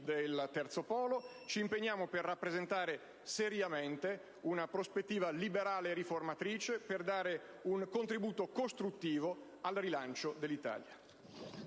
del Terzo polo, ci impegniamo per rappresentare seriamente una prospettiva liberale e riformatrice, per dare un contributo costruttivo al rilancio dell'Italia.